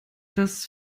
das